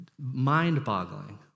mind-boggling